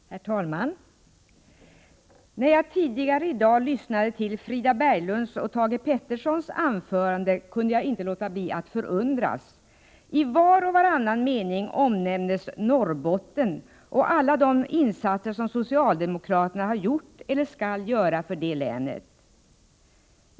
Herr talman! När jag tidigare i dag lyssnade till Frida Berglunds och Thage Petersons anföranden kunde jag inte låta bli att förundras. I var och varannan mening omnämndes Norrbotten och alla de insatser som socialdemokraterna har gjort eller skall göra för detta län.